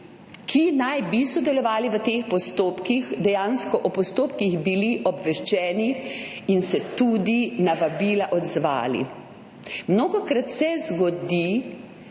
ki naj bi sodelovali v teh postopkih, dejansko o postopkih bili obveščeni in se tudi na vabila odzvali. Mnogokrat se zgodi,